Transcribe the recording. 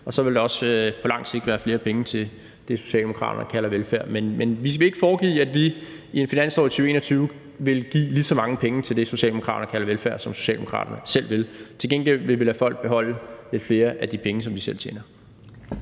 og så vil der på lang sigt også være flere penge til det, Socialdemokraterne kalder velfærd. Men vi vil ikke foregive, at vi i en finanslov for 2021 ville give lige så mange penge til det, Socialdemokraterne kalder velfærd, som Socialdemokraterne selv vil. Til gengæld vil vi lade folk beholde lidt flere af de penge, som de selv tjener.